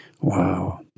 Wow